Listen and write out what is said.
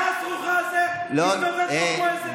הנבלה הסרוחה הזה מסתובב פה כמו איזה גם